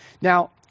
Now